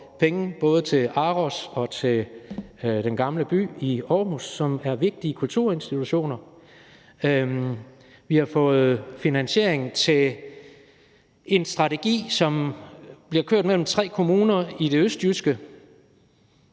både til ARoS og til Den Gamle By i Aarhus, som er vigtige kulturinstitutioner. Vi har fået finansiering til en strategi, som bliver kørt mellem tre kommuner i det østjyske,